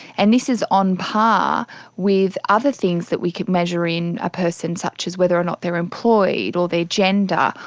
and this is on par with other things that we could measure in a person such as whether or not they are employed, or their gender,